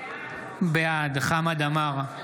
בעד חמד עמאר,